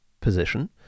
position